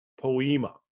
poema